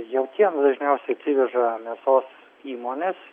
jautieną dažniausiai atsiveža mėsos įmonės